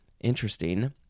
Interesting